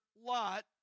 Lot